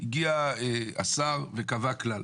הגיע השר וקבע כלל.